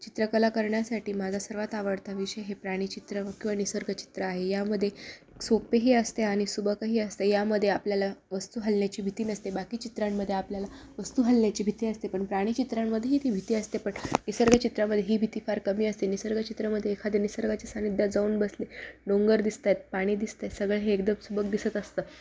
चित्रकला करण्यासाठी माझा सर्वात आवडता विषय हे प्राणी चित्र किंवा निसर्ग चित्र आहे यामध्ये सोपेही असते आणि सुबकही असते यामध्ये आपल्याला वस्तू हलण्याची भीती नसते बाकी चित्रांमध्ये आपल्याला वस्तू हलण्याची भीती असते पण प्राणी चित्रांमध्येही ती भीती असते पण निसर्ग चित्रामध्ये ही भीती फार कमी असते निसर्ग चित्रामध्ये एखादे निसर्गाच्या सान्निध्यात जाऊन बसले डोंगर दिसत आहेत पाणी दिसतं आहे सगळं हे एकदम सुबक दिसत असतं